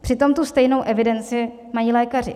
přitom tu stejnou evidenci mají lékaři.